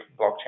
blockchain